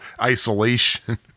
isolation